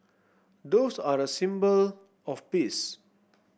doves are a symbol of peace